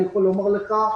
אני יכול לומר לך,